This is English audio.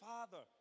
Father